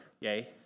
Yay